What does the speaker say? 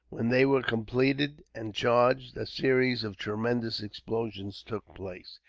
when they were completed and charged, a series of tremendous explosions took place.